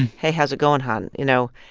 hey, how's it going, hon? you know,